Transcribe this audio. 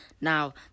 Now